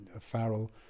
Farrell